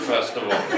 Festival